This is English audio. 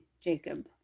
Jacob